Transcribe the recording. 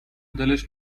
دلش